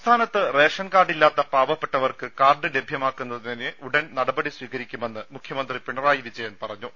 സംസ്ഥാനത്ത് റേഷൻകാർഡില്ലാത്ത പാവപ്പെട്ട വർക്ക് കാർഡ് ലഭ്യമാക്കുന്നതിന് ഉടൻ നടപടി സ്വീകരിക്കുമെന്ന് മുഖ്യമന്ത്രി പിണറായി വിജയൻ പറഞ്ഞു